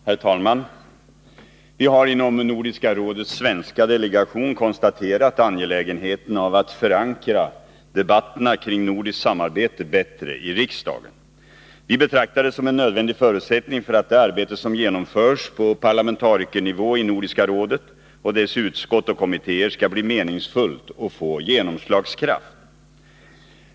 Herr talman! Vi har inom Nordiska rådets svenska delegation konstaterat angelägenheten av att förankra debatterna kring nordiskt samarbete bättre i riksdagen. Vi betraktar det som en nödvändig förutsättning för att det arbete som genomförs på parlamentarikernivå i Nordiska rådet och dess utskott och kommittéer skall bli meningsfullt och få genomslagskraft.